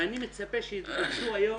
ואני מצפה שתצאו היום,